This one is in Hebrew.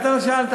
אתה לא שאלת.